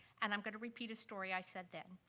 and i'm gonna repeat a story i said then.